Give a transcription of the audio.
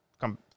come